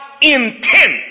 intent